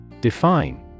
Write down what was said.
Define